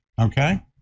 okay